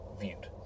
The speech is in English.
viewed